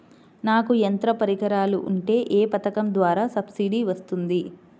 నాకు యంత్ర పరికరాలు ఉంటే ఏ పథకం ద్వారా సబ్సిడీ వస్తుంది?